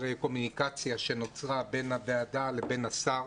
הקומוניקציה שנוצרה בין הוועדה לבין השר.